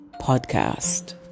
Podcast